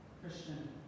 Christian